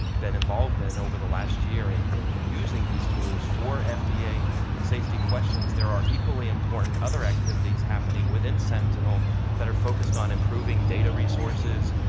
been involved in over the last year and in using these tools for fda yeah safety questions there are equally important other activities happening within sentinel that are focused on improving data resources,